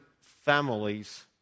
families